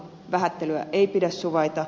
vähättelyä ei pidä suvaita